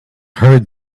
heard